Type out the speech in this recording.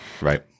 Right